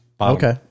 Okay